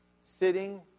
sitting